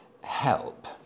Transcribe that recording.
Help